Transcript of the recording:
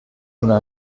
una